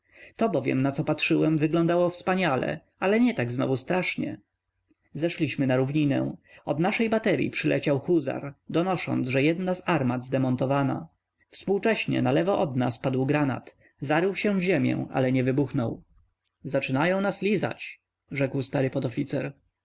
to bowiem na co patrzyłem wyglądało wspaniale ale nie tak znowu strasznie zeszliśmy na równinę od naszej bateryi przyleciał huzar donosząc że jedna z armat zdemontowana współcześnie nalewo od nas padł granat zarył się w ziemię ale nie wybuchnął zaczynają nas lizać rzekł stary podoficer